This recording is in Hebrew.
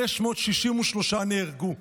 563 נהרגו.